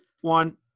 one